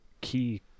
key